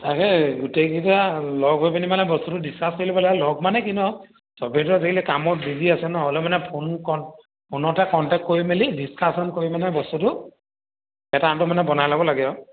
তাকে গোটেইকেইটা লগ হৈ পিনি মানে বস্তুটো ডিছকাছ কৰি ল'ব লাগে লগ মানে কি আজিকালি কামত বিজি আছে নহ'লে মানে ফোন কণ্টেক্ট কৰি মেলি ডিছকাচন কৰি মানে বস্তুটো মানে বনাই ল'ব লাগে আৰু